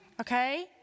okay